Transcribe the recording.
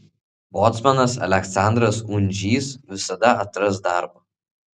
bocmanas aleksandras undžys visada atras darbo